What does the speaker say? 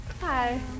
Hi